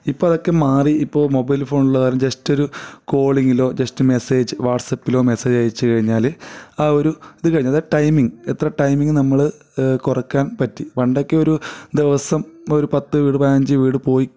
ഇപ്പോൾ അതൊക്കെ മാറി ഇപ്പോൾ മൊബൈൽ ഫോണുള്ള കാരണം ജസ്റ്റ് ഒരു കോളിങ്ങിലോ ജസ്റ്റ് മെസ്സേജ് വാട്സപ്പിലോ മെസ്സേജ് അയച്ചു കഴിഞ്ഞാൽ ആ ഒരു ഇതു കഴിഞ്ഞ് അതാ ടൈമിംഗ് എത്ര ടൈമിംഗ് നമ്മൾ കുറക്കാൻ പറ്റി പണ്ടൊക്കെ ഒരു ദിവസം ഒരു പത്തു വീട് പതിനഞ്ചു വീട് പോയി